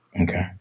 Okay